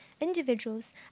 individuals